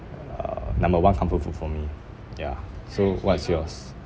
uh number one comfort food for me ya so what's yours